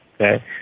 okay